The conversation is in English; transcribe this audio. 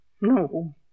No